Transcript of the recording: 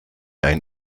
ein